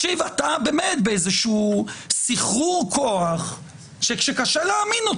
תקשיב, אתה באיזה סחרור כוח, שקשה להאמין.